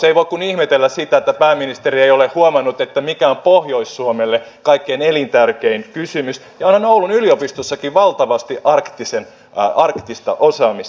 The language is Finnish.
ei voi kuin ihmetellä sitä että pääministeri ei ole huomannut mikä on pohjois suomelle kaikkein elintärkein kysymys ja onhan oulun yliopistossakin valtavasti arktista osaamista